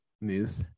muth